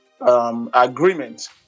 agreement